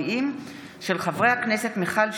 בהצעתם של חברי הכנסת אריאל קלנר,